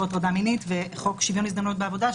הטרדה מינית וחוק שוויון הזדמנויות בעבודה,